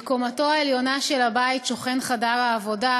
בקומתו העליונה של הבית שוכן חדר העבודה,